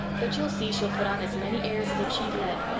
but you'll see she'll put on as many airs as if she'd led.